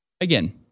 again